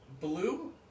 Blue